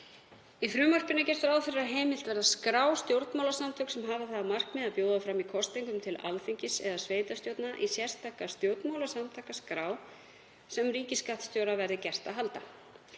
Í frumvarpinu er gert ráð fyrir að heimilt verði að skrá stjórnmálasamtök sem hafa það að markmiði að bjóða fram í kosningunum til Alþingis eða sveitarstjórna í sérstaka stjórnmálasamtakaskrá sem ríkisskattstjóra verði gert að halda.